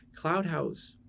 Cloudhouse